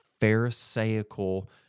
pharisaical